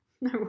No